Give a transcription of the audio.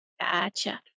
Gotcha